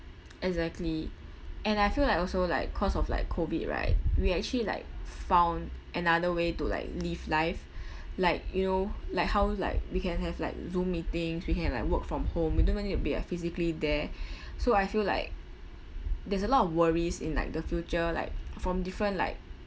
exactly and I feel like also like cause of like COVID right we actually like found another way to like live life like you know like how like we can have like Zoom meetings we can like work from home we don't even need to be at physically there so I feel like there's a lot of worries in like the future like from different like